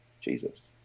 Jesus